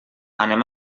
anem